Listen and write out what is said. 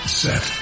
set